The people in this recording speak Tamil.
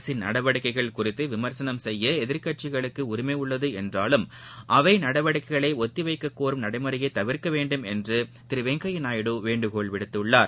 அரசின் நடவடிக்கைகள் குறித்து விமர்சனம் செய்ய எதிர்கட்சிகளுக்கு உரிமை உள்ளது என்றாலும் அவை நடவடிக்கைகளை ஒத்திவைக்கக் கோரும் நடைமுறையை தவிர்க்க வேண்டும் என்று திரு வெங்கையா நாயுடு வேண்டுகோள் விடுத்துள்ளார்